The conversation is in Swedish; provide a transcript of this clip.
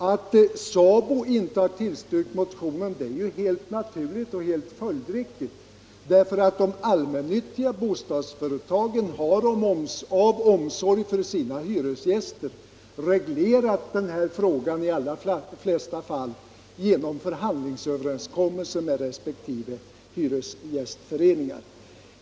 Att SABO inte har tillstyrkt motionen är ju helt naturligt och följdriktigt därför att de allmännyttiga bostadsföretagen av omsorg om sina hyresgäster i de allra flesta fall har reglerat den här frågan genom förhandlingsöverenskommelser med resp. hyresgästföreningar.